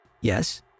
yes